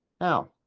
Now